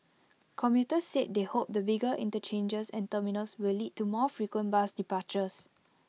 commuters said they hoped the bigger interchanges and terminals will lead to more frequent bus departures